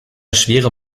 schwere